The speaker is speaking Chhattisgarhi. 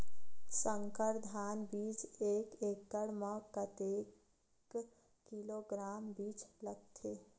संकर धान बीज एक एकड़ म कतेक किलोग्राम बीज लगथे?